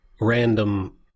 random